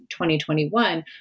2021